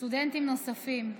סטודנטים נוספים.